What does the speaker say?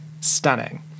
stunning